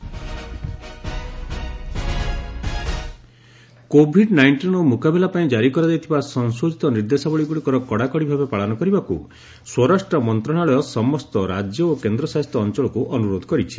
home ministry states COVID ନାଇଣ୍ଟିନର ମୁକାବିଲା ପାଇଁ କାରି କରାଯାଇଥିବା ସଂଶୋଧିତ ନିର୍ଦ୍ଦେଶାବଳୀଗୁଡ଼ିକର କଡ଼ାକଡ଼ି ଭାବେ ପାଳନ କରିବାକୁ ସ୍ୱରାଷ୍ଟ୍ର ମନ୍ତ୍ରଣାଳୟ ସମସ୍ତ ରାଜ୍ୟ ଓ କେନ୍ଦ୍ର ଶାସିତ ଅଞ୍ଚଳକୁ ଅନୁରୋଧ କରିଛି